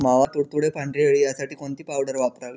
मावा, तुडतुडे, पांढरी अळी यासाठी कोणती पावडर वापरावी?